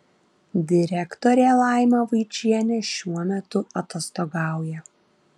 direktorė laima vaičienė šiuo metu atostogauja